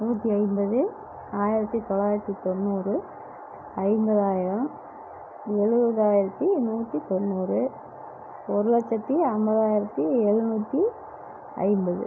நூற்றி ஐம்பது ஆயிரத்தி தொள்ளாயிரத்தி தொண்ணூறு ஐம்பதாயிரம் எழுபதாயிரத்தி நூற்றி தொண்ணூறு ஒரு லட்சத்தி ஐம்பதாயிரத்தி எழுநூற்றி ஐம்பது